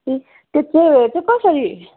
ए त्यो चाहिँ कसरी